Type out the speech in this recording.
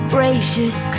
Gracious